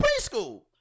Preschool